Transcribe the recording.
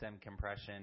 compression